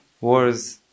wars